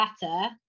better